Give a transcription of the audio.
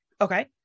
Okay